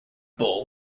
bull